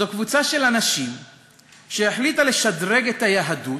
זו קבוצה של אנשים שהחליטה לשדרג את היהדות,